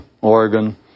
Oregon